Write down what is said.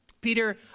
Peter